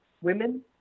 women